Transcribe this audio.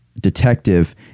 detective